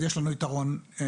אז יש לנו יתרון טבעי.